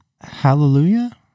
Hallelujah